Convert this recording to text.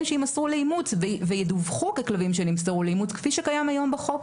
שימסרו לאימוץ וידווחו ככלבים שנמסרו לאימוץ כפי שקיים היום בחוק.